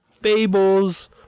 Fables